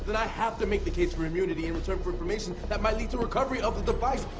then i have to make the case for immunity in return for information that might lead to recovery of the device.